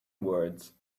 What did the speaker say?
words